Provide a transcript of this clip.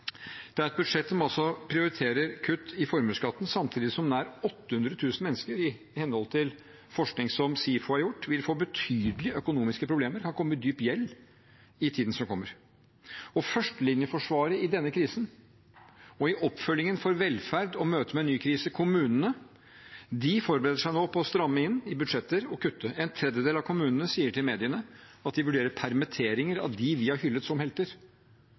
Det er et budsjett som altså prioriterer kutt i formuesskatten samtidig som nær 800 000 mennesker, i henhold til forskning som SIFO har gjort, vil få betydelige økonomiske problemer og kan komme i dyp gjeld i tiden som kommer. Førstelinjeforsvaret i denne krisen og i oppfølgingen for velferd og møter med en ny krise, kommunene, forbereder seg nå på å stramme inn i budsjetter og kutte. En tredjedel av kommunene sier til mediene at de vurderer permitteringer av dem vi har hyllet som helter.